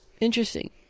interesting